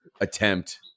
attempt